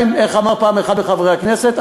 איך אמר פעם אחד מחברי הכנסת,